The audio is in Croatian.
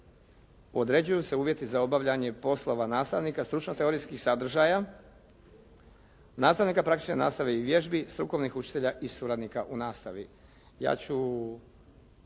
određuju se uvjeti za obavljanje poslova nastavnika stručno teorijskih sadržaja, nastavnika praktične nastave i vježbi, strukovnih učitelja i suradnika u nastavi.